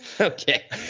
Okay